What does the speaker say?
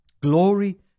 Glory